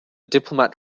diplomat